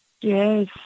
Yes